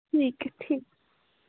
ठीक ठीक